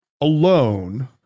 alone